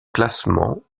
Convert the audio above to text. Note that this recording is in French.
classement